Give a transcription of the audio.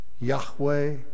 Yahweh